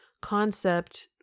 Concept